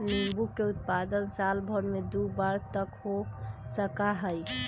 नींबू के उत्पादन साल भर में दु बार तक हो सका हई